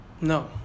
No